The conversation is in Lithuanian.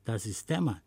tą sistemą